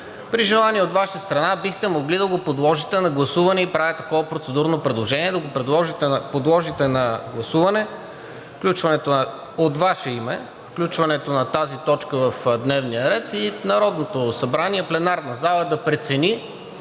при желание от Ваша страна бихте могли да го подложите на гласуване. Правя такова процедурно предложение да го подложите на гласуване от Ваше име, включването на тази точка в дневния ред, и Народното събрание, пленарната зала да прецени